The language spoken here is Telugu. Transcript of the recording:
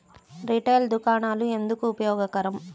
రిటైల్ దుకాణాలు ఎందుకు ఉపయోగకరం?